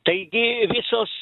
taigi visos